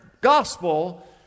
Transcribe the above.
Gospel